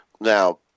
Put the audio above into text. now